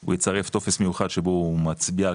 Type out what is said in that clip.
הוא יצרף טופס מיוחד שבו הוא מצביע על